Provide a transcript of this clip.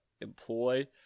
employ